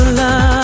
love